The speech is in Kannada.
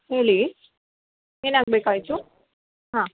ಹೇಳಿ ಏನಾಗಬೇಕಾಯ್ತು ಹಾಂ